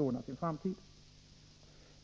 ordna sin framtid.